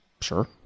Sure